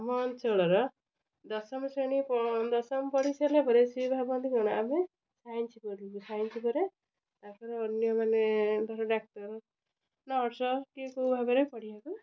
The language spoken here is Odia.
ଆମ ଅଞ୍ଚଳର ଦଶମ ଶ୍ରେଣୀ ଦଶମ ପଢ଼ି ସାରିଲା ପରେ ସେ ଭାବନ୍ତି କ'ଣ ଆମେ ସାଇନ୍ସ୍ ପଢ଼ୁ ସାଇନ୍ସ୍ ପରେ ତାଙ୍କର ଅନ୍ୟମାନେ ଧର ଡାକ୍ତର ନର୍ସ୍ କିଏ କେଉଁ ଭାବରେ ପଢ଼ିବାକୁ